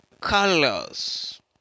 colors